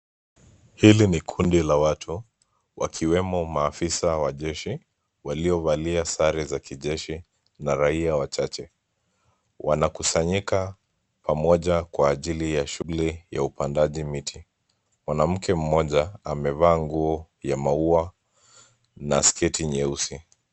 Hili ni kundi la watu wakiwemo maafisa wa jeshi waliovalia sare za kijeshi na raia wachache. Wanakusanyika pamoja kwa ajili ya shughuli ya upandaji. Mwanamke mmoja amevaa nguo ya maua na sketi nyeusi.